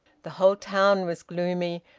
the whole town was gloomy,